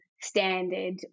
standard